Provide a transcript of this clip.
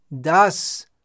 Das